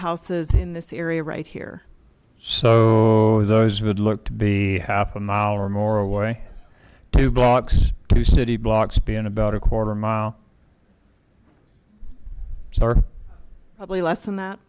houses in this area right here so those would look to be half a mile or more away two blocks two city blocks being about a quarter mile or probably less than that